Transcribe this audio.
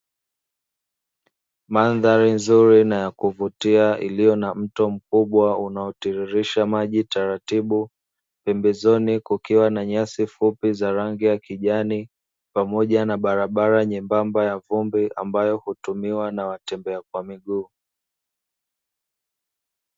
Mandhari nzuri na ya kuvutia iliyo na mto mkubwa unaotiririsha maji taratibu, pembezoni kukiwa na nyasi fupi za rangi ya kijani, pamoja na barabara nyembamba ya vumbi ambayo hutumiwa na watembea kwa miguu.